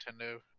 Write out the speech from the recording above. Nintendo